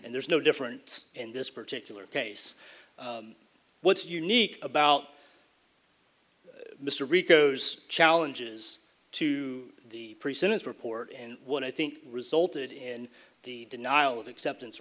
and there's no difference in this particular case what's unique about mr rico's challenges to the pre sentence report and what i think resulted in the denial of acceptance of